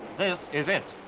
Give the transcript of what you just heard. this is it.